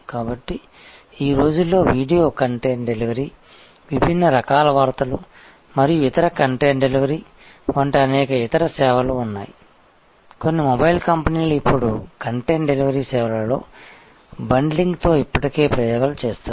కాబట్టి ఈ రోజుల్లో వీడియో కంటెంట్ డెలివరీ విభిన్న రకాల వార్తలు మరియు ఇతర కంటెంట్ డెలివరీ వంటి అనేక ఇతర సేవలు ఉన్నాయి కొన్ని మొబైల్ కంపెనీలు ఇప్పుడు కంటెంట్ డెలివరీ సేవలలో బండిలింగ్తో ఇప్పటికే ప్రయోగాలు చేస్తున్నాయి